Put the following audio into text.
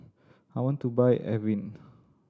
I want to buy Avene